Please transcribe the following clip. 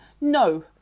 No